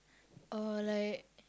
oh like